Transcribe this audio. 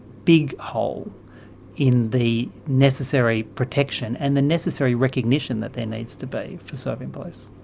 big hole in the necessary protection and the necessary recognition that there needs to be for serving police.